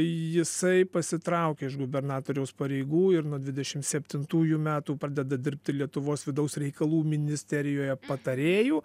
jisai pasitraukė iš gubernatoriaus pareigų ir nuo dvidešim septintųjų metų pradeda dirbti lietuvos vidaus reikalų ministerijoje patarėju